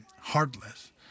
heartless